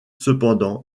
cependant